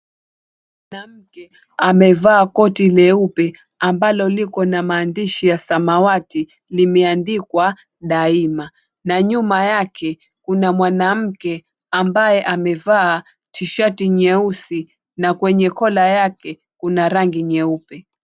Mwanamke amevaa koti leupe ambalo liko na maandishi ya samawati limeandikwa daima na nyuma yake kuna mwanamke ambaye amevaa tishati nyeusi na kwenye kola yake kuna rangi nyeupe.